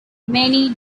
many